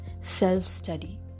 self-study